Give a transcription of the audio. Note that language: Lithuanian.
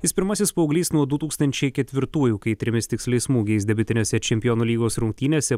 jis pirmasis paauglys nuo du tūkstančiai ketvirtųjų kai trimis tiksliais smūgiais debiutinėse čempionų lygos rungtynėse